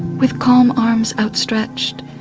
with calm arms outstretched,